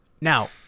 Now